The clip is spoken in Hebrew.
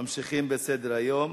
ממשיכים בסדר-היום.